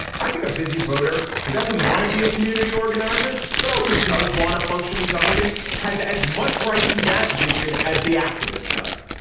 i think a busy voter who doesn't want to be a community organizer, but also does want a functioning government has as much right to that vision as the activist does.